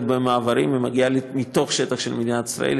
במעברים ומגיעה מתוך שטח מדינת ישראל,